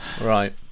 Right